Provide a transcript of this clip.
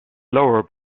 lower